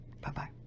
Bye-bye